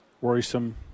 worrisome